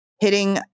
hitting